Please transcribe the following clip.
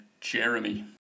jeremy